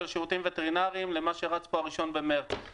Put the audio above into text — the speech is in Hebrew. השירותים הווטרינרים, לראשון במרץ שרץ פה.